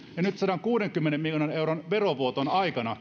ja nyt sadankuudenkymmenen miljoonan euron verovuotoon aikana